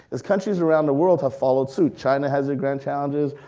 is countries around the world have followed suit. china has their grand challenges,